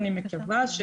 אני מקווה,